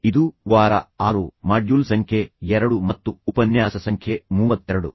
ಇದು ವಾರ ಆರು ಮಾಡ್ಯೂಲ್ ಸಂಖ್ಯೆ ಎರಡು ಮತ್ತು ಉಪನ್ಯಾಸ ಸಂಖ್ಯೆ ಮೂವತ್ತೆರಡು